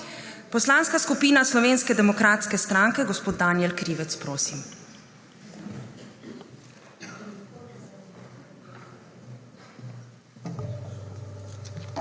Poslanska skupina Slovenske demokratske stranke, gospod Danijel Krivec, prosim.